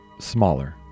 smaller